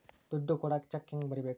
ದುಡ್ಡು ಕೊಡಾಕ ಚೆಕ್ ಹೆಂಗ ಬರೇಬೇಕು?